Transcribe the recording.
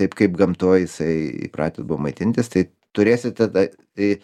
taip kaip gamtoj jisai įpratęs buvo maitintis tai turėsite tą tai